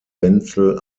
wenzel